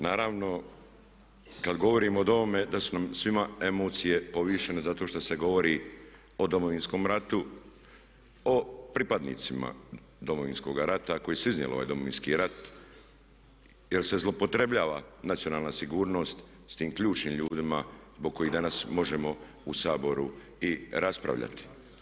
Naravno kad govorimo o ovome da su nam svima emocije povišene zato što se govori o Domovinskom ratu, o pripadnicima Domovinskog rata koji su iznijeli ovaj Domovinski rat jer se zloupotrebljava nacionalna sigurnost s tim ključnim ljudima zbog kojih danas možemo u Saboru i raspravljati.